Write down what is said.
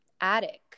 Attic